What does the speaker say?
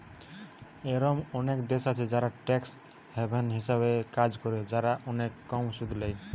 এরোম অনেক দেশ আছে যারা ট্যাক্স হ্যাভেন হিসাবে কাজ করে, যারা অনেক কম সুদ ল্যায়